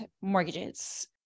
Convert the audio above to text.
Mortgages